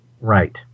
Right